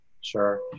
sure